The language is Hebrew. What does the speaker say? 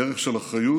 דרך של אחריות